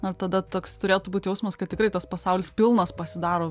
na tada toks turėtų būt jausmas kad tikrai tas pasaulis pilnas pasidaro